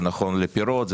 זה נכון לפירות,